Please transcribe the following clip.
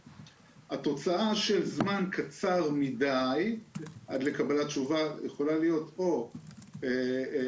התוצאה של זמן קצר מדיי עד לקבלת תשובה יכולה להיות או שהתשובה